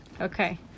Okay